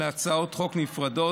להצעות חוק נפרדות,